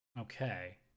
Okay